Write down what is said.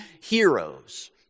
heroes